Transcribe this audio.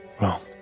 wrong